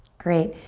great,